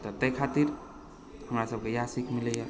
तऽ ताहि खातिर हमरा सबके इएह सीख मिलै